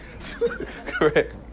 Correct